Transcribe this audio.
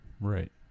Right